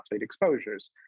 exposures